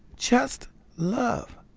just love.